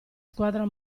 squadra